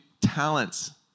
talents